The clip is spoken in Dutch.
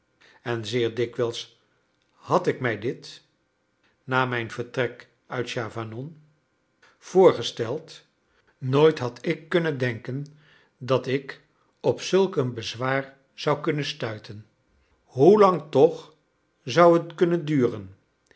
en zeer dikwijls had ik mij dit na mijn vertrek uit chavanon voorgesteld nooit had ik kunnen denken dat ik op zulk een bezwaar zou kunnen stuiten hoelang toch zou het kunnen duren